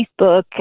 Facebook